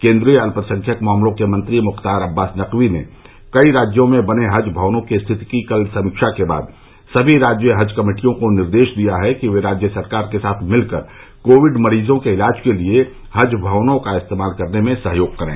केन्द्रीय अल्यसंख्यक मामलों के मंत्री मुख्तार अब्बास नकवी ने कई राज्यों में बने हज भवनों की स्थिति की कल समीक्षा के बाद सभी राज्य हज कमेटियों को निर्देश दिया है कि वे राज्य सरकार के साथ मिलकर कोविड मरीजों के इलाज के लिए हज भवनों का इस्तेमाल करने में सहयोग करें